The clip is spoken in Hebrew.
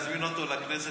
נזמין אותו לכנסת,